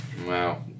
Wow